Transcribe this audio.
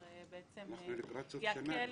אשר יקלו --- אנחנו לקראת סוף שנה,